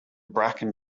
bracken